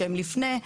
שהם לפני,